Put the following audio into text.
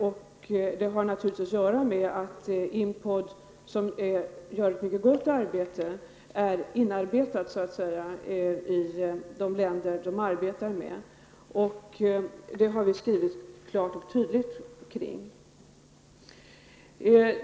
Detta har naturligtvis att göra med att IMPOD, som gör ett mycket gott arbete, är inarbetat i de länder man arbetar med. Detta har vi skrivit klart och tydligt om i betänkandet.